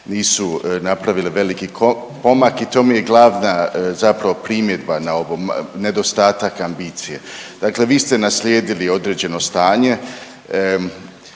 nisu napravile veliki pomak i to mi je glavna zapravo primjedba na ovom, nedostatak ambicije. Dakle vi ste naslijedili određeno stanje,